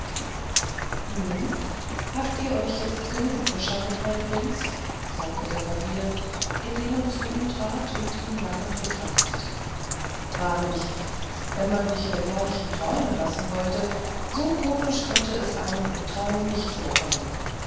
nun habt ihr euch jetzt genug beschaut mein prinz sagte der barbier indem er zu ihm trat und ihn lachend betrachtete wahrlich wenn man sich dergleichen träumen lassen wollte so komisch könnte es einem im traume nicht vorkommen